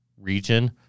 region